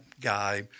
guy